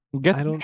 get